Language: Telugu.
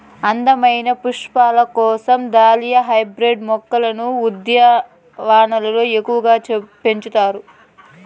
అందమైన పుష్పాల కోసం దాలియా హైబ్రిడ్ మొక్కలను ఉద్యానవనాలలో ఎక్కువగా పెంచుతారు